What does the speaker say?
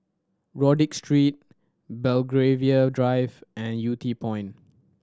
Rodyk Street Belgravia Drive and Yew Tee Point